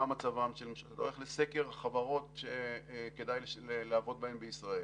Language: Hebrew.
אתה הולך לסקר החברות שכדאי לעבוד בהן בישראל,